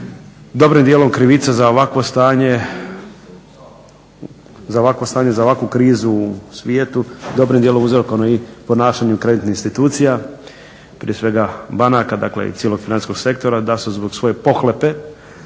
dobrim dijelom krivica za ovakvo stanje za ovakvu krizu u svijetu dobrim dijelom uzrokovano i ponašanjem kreditnih institucija, prije svega banaka i cijelo financijskog sektora da su zbog svoje pohlepe